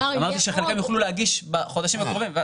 אמרתי שחלקם יוכלו להגיש בחודשים הקרובים.